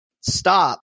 stop